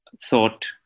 thought